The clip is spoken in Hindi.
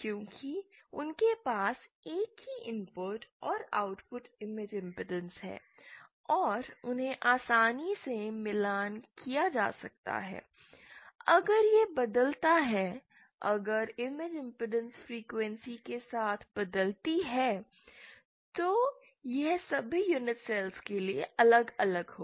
क्योंकि उनके पास एक ही इनपुट और आउटपुट इमेज इमपेडेंस है और उन्हें आसानी से मिलान किया जा सकता है अगर यह बदलता है अगर इमेज इमपेडेंस फ्रीक्वेंसी के साथ बदलती है तो यह सभी यूनिट सेल्स के लिए अलग अलग होगी